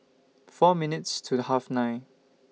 four minutes to The Half nine